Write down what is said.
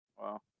Wow